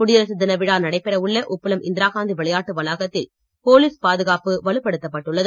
குடியரசு தின விழா நடைபெற உள்ள உப்பளம் இந்திரா காந்தி விளையாட்டு போலீஸ் பாதுகாப்பு வலுப்படுத்தப் பட்டுள்ளது